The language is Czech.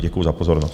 Děkuji za pozornost.